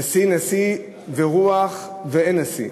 נשיא ורוח, ואין נשיא.